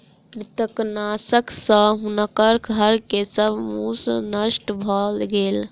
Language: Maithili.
कृंतकनाशक सॅ हुनकर घर के सब मूस नष्ट भ गेल